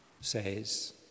says